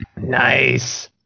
Nice